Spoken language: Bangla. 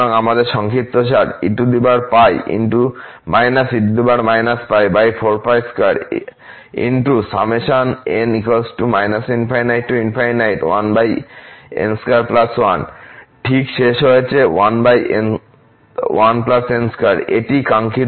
সুতরাং আমাদের সংক্ষিপ্তসার ঠিক শেষ হয়েছে এটিই কাঙ্ক্ষিত মান